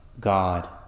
God